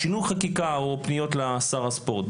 שינוי חקיקה או פניות לשר הספורט.